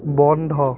বন্ধ